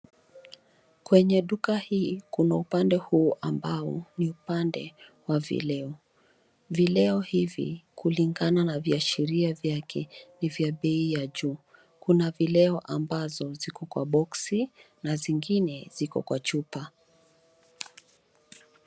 Kwenye duka hii kina upande huu ambao ni upande wa vileo. Vileo hivi kulingana na viashiria vyake ni vya bei ya juu. Kuna vileo ambazo ziko kwa box na zingine ziko kwa chupa.